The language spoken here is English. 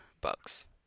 bugs